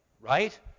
right